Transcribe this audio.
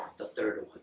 the third